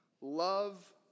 love